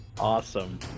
awesome